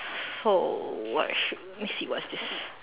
so what should we see what's this